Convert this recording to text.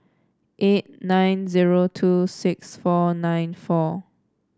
eight nine zero two six four nine four